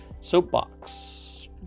soapbox